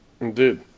Indeed